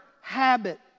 habit